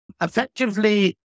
effectively